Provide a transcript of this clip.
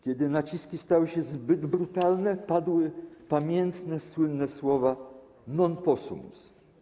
Kiedy naciski stały się zbyt brutalne, padły pamiętne, słynne słowa: Non possumus.